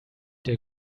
der